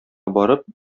барып